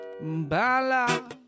bala